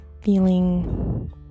feeling